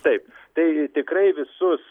taip tai tikrai visus